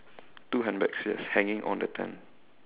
two handbags yes hanging on the tent